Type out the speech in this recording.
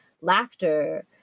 laughter